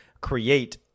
create